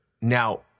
Now